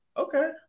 Okay